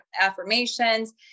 affirmations